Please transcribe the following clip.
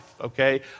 okay